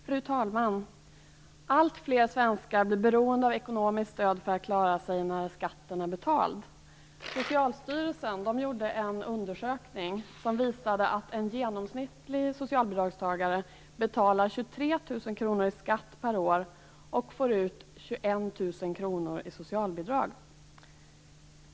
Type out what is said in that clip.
Fru talman! Alltfler svenskar blir beroende av ekonomiskt stöd för att klara sig när skatten är betald. 23 000 kr i skatt per år och får ut 21 000 kr i socialbidrag.